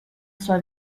sua